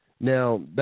Now